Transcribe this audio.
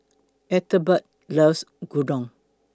Ethelbert loves Gyudon